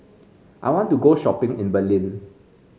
I want to go shopping in Berlin